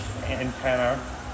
antenna